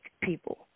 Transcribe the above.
people